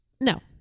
no